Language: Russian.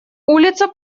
улица